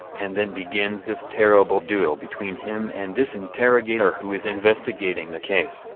and then begins this terrible duel between him and this interrogator who is investigating the case,